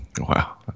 wow